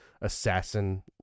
assassin